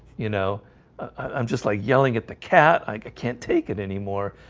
you know i'm just like yelling at the cat. i can't take it anymore.